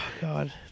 god